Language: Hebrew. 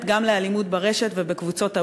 גם לאלימות ברשת ובקבוצות הווטסאפ.